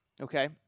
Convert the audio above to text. okay